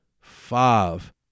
five